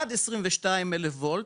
עד 22,000 ולט,